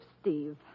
Steve